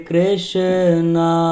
Krishna